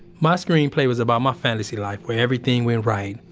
my screenplay was about my fantasy life where everything went right,